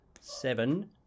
seven